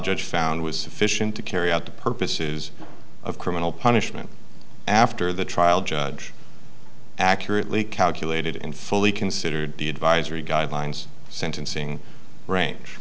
judge found was sufficient to carry out the purposes of criminal punishment after the trial judge accurately calculated and fully considered the advisory guidelines sentencing range